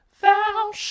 thou